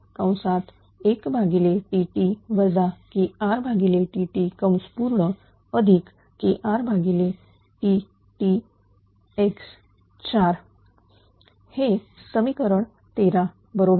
x2 1Trx31Tt 𝐾𝑟Tt𝐾𝑟Ttx4 हे समीकरण 13 बरोबर